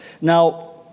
Now